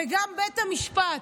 וגם בית המשפט.